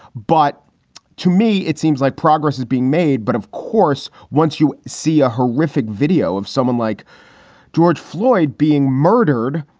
but to me, it seems like progress is being made. but, of course, once you see a horrific video of someone like george floyd being murdered,